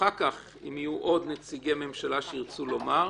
אחר כך, אם יהיו עוד נציג ממשלה שירצו לומר.